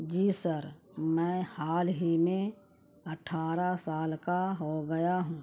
جی sir میں حال ہی میں اٹھارہ سال کا ہو گیا ہوں